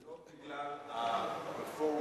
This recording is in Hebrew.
זה לא בגלל הרפורמה.